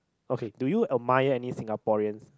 okay do you admire any Singaporeans